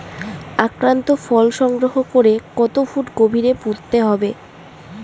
আক্রান্ত ফল সংগ্রহ করে কত ফুট গভীরে পুঁততে হবে?